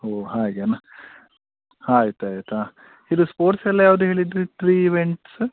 ಓಹ್ ಹಾಗೆನಾ ಆಯ್ತು ಆಯ್ತು ಹಾಂ ಇದು ಸ್ಪೋರ್ಟ್ಸೆಲ್ಲ ಯಾವುದು ಹೇಳಿದಿರಿ ತ್ರೀ ಈವೆಂಟ್ಸು